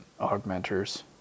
augmenters